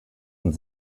und